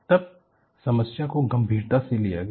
तब समस्या को गंभीरता से लिया गया